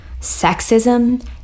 sexism